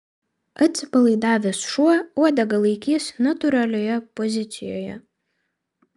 atsipalaidavęs šuo uodegą laikys natūralioje pozicijoje